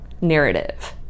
narrative